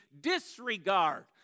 disregard